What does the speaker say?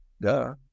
Duh